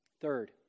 third